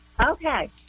okay